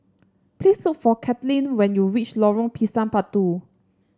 please look for Kaitlynn when you reach Lorong Pisang Batu